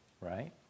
right